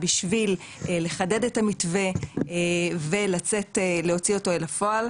בשביל חדד את המתווה ולהוציא אותו לפועל,